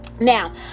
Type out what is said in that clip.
now